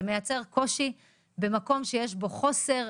זה מייצר קושי במקום בו חוסר,